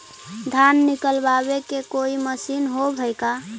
धान निकालबे के कोई मशीन होब है का?